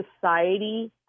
society